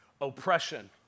oppression